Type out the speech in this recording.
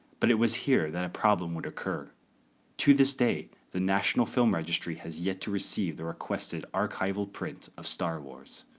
but it was here that a problem would occur to this day, the national film registry has yet to receive the requested archival print of star wars.